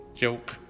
joke